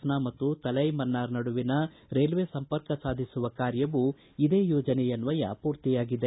್ನಾ ಮತ್ತು ತಲೈ ಮನ್ನಾರ್ ನಡುವಿನ ರೈಲ್ವೆ ಸಂಪರ್ಕ ಸಾಧಿಸುವ ಕಾರ್ಯವೂ ಇದೇ ಯೋಜನೆಯನ್ವಯ ಪೂರ್ತಿಯಾಗಿದೆ